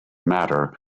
matter